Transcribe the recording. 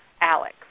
Alex